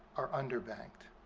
are underbanked.